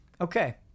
Okay